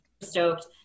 stoked